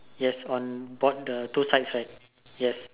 yes on board the two side right yes